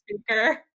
speaker